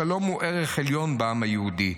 השלום הוא ערך עליון בעם היהודי.